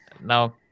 now